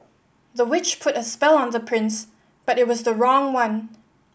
the witch put a spell on the prince but it was the wrong one